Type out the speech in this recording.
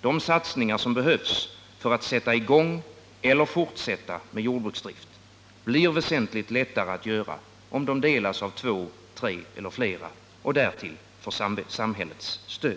De satsningar som behövs för att sätta i gång eller fortsätta med jordbruksdrift blir väsentligt lättare att göra, om de delas av två, tre eller flera och därtill får samhällets stöd. Nr 160